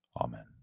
Amen